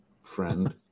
friend